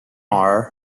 are